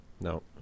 No